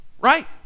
right